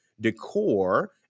decor